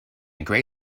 gray